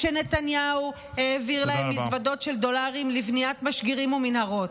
כשנתניהו העביר להם מזוודות של דולרים לבניית משגרים ומנהרות.